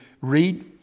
read